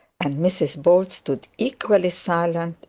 and mrs bold stood equally silent,